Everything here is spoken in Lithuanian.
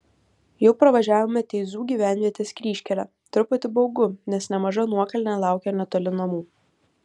jau pravažiavome teizų gyvenvietės kryžkelę truputį baugu nes nemaža nuokalnė laukia netoli namų